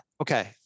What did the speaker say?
okay